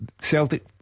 Celtic